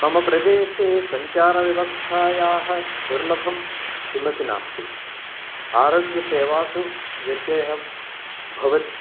मम प्रदेशे सञ्चारव्यवस्थायाः दुर्लभं किमपि नास्ति आरोग्यसेवासु व्यत्ययः भवति